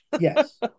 yes